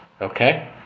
Okay